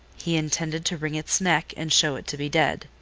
he intended to wring its neck and show it to be dead.